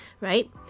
right